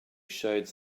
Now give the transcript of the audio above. shades